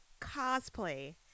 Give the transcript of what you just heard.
cosplay